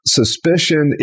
suspicion